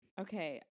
Okay